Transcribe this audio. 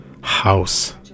house